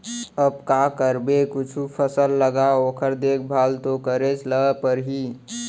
अब का करबे कुछु फसल लगा ओकर देखभाल तो करेच ल परही